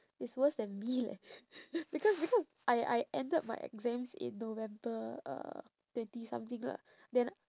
it's worse than me leh because because I I ended my exams in november uh twenty something lah then I